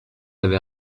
avait